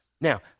Now